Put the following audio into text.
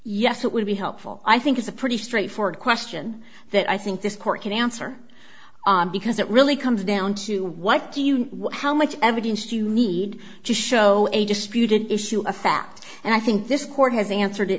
yes it would be helpful i think it's a pretty straightforward question that i think this court can answer because it really comes down to what do you what how much evidence do you need to show a disputed issue of fact and i think this court has answered it